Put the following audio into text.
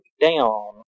down